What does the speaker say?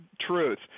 truth